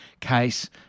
case